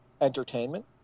entertainment